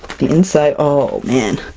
the inside. oh man,